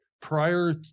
prior